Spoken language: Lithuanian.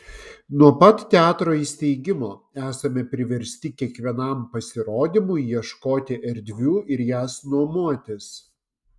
nuo pat teatro įsteigimo esame priversti kiekvienam pasirodymui ieškoti erdvių ir jas nuomotis